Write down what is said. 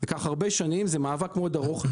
לקח הרבה שנים, זה מאבק מאוד ארוך.